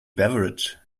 beverage